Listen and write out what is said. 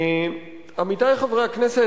עמיתי חברי הכנסת.